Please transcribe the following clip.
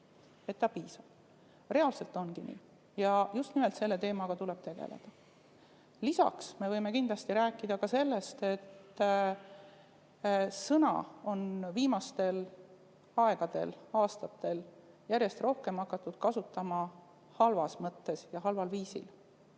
et piisab. Reaalselt ongi nii. Ja just nimelt selle teemaga tuleb tegeleda. Lisaks võime kindlasti rääkida ka sellest, et sõna on viimasel ajal, viimastel aastatel järjest rohkem hakatud kasutama halvas mõttes ja halval viisil.